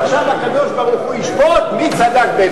עכשיו הקדוש-ברוך-הוא ישפוט מי בינינו צדק.